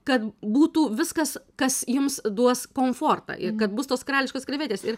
kad būtų viskas kas jums duos komfortą ir kad bus tos karališkos krevetės ir